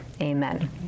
Amen